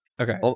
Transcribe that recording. okay